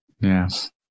yes